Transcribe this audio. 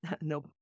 No